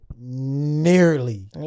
nearly